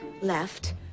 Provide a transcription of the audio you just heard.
left